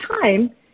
time